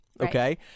Okay